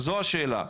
זו השאלה.